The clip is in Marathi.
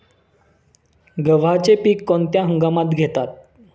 गव्हाचे पीक कोणत्या हंगामात घेतात?